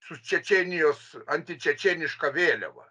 su čečėnijos antičečėniška vėliava